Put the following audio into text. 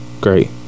Great